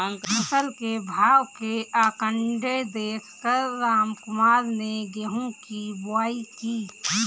फसल के भाव के आंकड़े देख कर रामकुमार ने गेहूं की बुवाई की